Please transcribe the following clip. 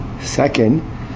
Second